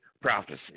prophecy